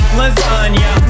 lasagna